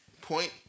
point